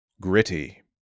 gritty